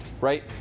right